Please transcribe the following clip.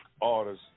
orders